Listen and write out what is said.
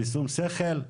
בשום שכל?